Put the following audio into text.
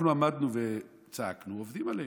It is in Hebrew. אנחנו עמדנו וצעקנו: עובדים עלינו.